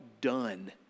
done